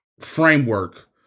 framework